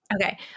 Okay